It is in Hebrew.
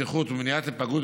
בטיחות ומניעת היפגעות,